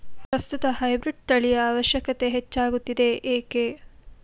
ಪ್ರಸ್ತುತ ಹೈಬ್ರೀಡ್ ತಳಿಯ ಅವಶ್ಯಕತೆ ಹೆಚ್ಚಾಗುತ್ತಿದೆ ಏಕೆ?